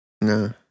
No